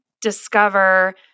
discover